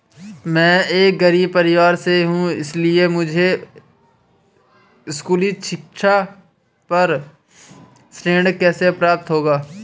मैं एक गरीब परिवार से हूं इसलिए मुझे स्कूली शिक्षा पर ऋण कैसे प्राप्त होगा?